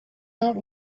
out